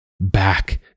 back